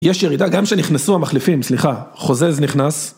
יש ירידה גם שנכנסו המחליפים סליחה חוזז נכנס